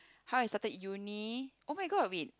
how I started uni oh-my-god wait